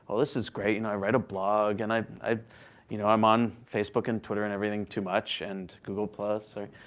um this is great. and i read a blog and i'm i'm you know on facebook and twitter and everything too much, and google plus.